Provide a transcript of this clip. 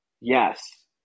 Yes